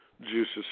juices